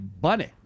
Bunny